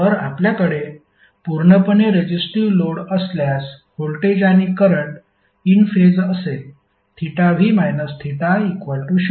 तर आपल्याकडे पूर्णपणे रेजिस्टिव्ह लोड असल्यास व्होल्टेज आणि करंट इन फेज असेल v i0